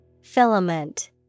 Filament